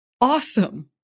awesome